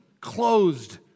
closed